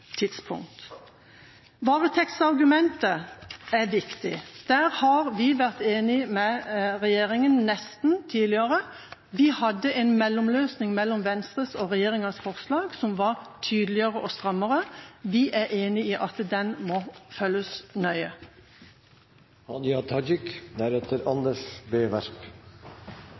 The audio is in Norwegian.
er viktig. Der har vi nesten vært enige med regjeringa tidligere. Vi hadde en mellomløsning mellom Venstres og regjeringas forslag som var tydeligere og strammere. Vi er enig i at den må følges nøye.